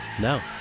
No